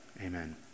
Amen